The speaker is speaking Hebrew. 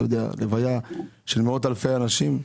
אתה יודע, לוויה של מאות אלפי אנשים'.